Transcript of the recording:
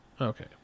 Okay